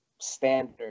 standard